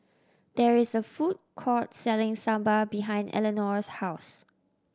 there is a food court selling Sambar behind Eleonore's house